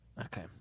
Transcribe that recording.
okay